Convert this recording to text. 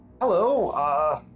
hello